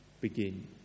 begin